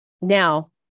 now